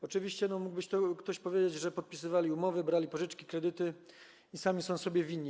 Oczywiście ktoś mógłby powiedzieć, że podpisywali oni umowy, brali pożyczki, kredyty i sami są sobie winni.